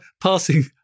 passing